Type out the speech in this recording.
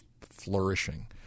flourishing